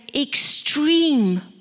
extreme